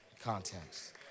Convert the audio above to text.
Context